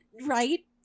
right